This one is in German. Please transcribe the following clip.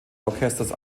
orchesters